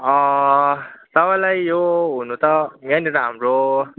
तपाईँलाई यो हुनु त यहाँनिर हाम्रो